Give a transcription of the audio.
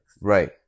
Right